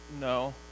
No